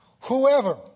whoever